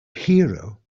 hero